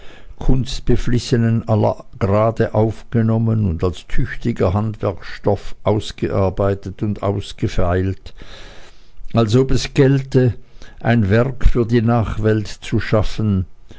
kunstbeflissenen aller grade aufgenommen und als tüchtiger handwerksstoff ausgearbeitet und ausgefeilt als ob es gälte ein werk für die nachwelt zu schaffen